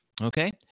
Okay